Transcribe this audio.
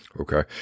Okay